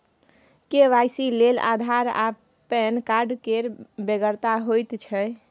KYC लेल आधार आ PAN card केर बेगरता होइत छै